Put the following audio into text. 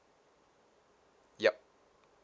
yup